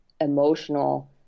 emotional